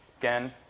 Again